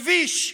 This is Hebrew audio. מביש.